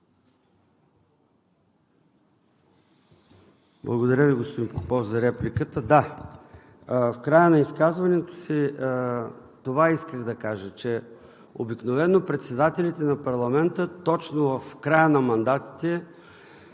Благодаря Ви, господин Попов, за репликата. Да, в края на изказването си исках да кажа това – председателите на парламента точно в края на мандатите